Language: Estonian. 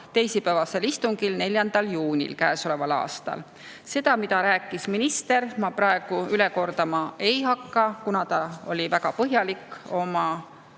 teisipäevasel istungil 4. juunil käesoleval aastal. Seda, mida rääkis minister, ma praegu üle kordama ei hakka, kuna ta oli väga põhjalik selle